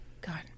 God